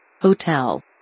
Hotel